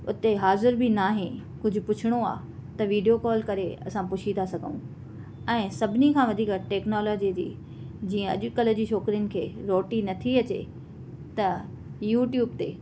हुते हाज़िर बि न आहे कुझु पुछ्णो आहे त विडियो कॉल करे असां पुछी था सघूं ऐं सभिनी खां वधीक टेक्नालोजीअ जी जीअं अॼुकल्ह जी छोकिरियुनि खे रोटी नथी अचे त यूट्यूब ते